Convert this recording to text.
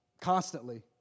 Constantly